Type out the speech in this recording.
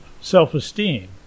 self-esteem